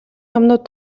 юмнууд